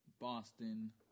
Boston